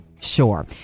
sure